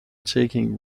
taking